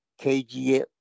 KG